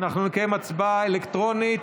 אנחנו נקיים הצבעה אלקטרונית.